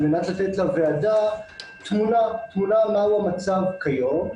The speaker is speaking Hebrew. על מנת לתת לוועדה תמונה מהו המצב כיום.